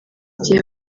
gihe